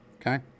Okay